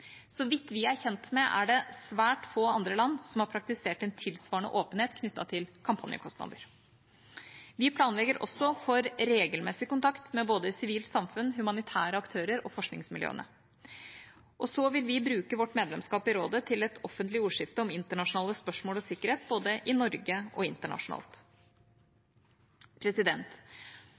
Så vidt vi er kjent med, er det svært få andre land som har praktisert en tilsvarende åpenhet knyttet til kampanjekostnader. Vi planlegger også for regelmessig kontakt med både sivilt samfunn, humanitære aktører og forskningsmiljøene. Og så vil vi bruke vårt medlemskap i rådet til et offentlig ordskifte om internasjonale spørsmål og sikkerhet – både i Norge og internasjonalt.